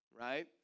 Right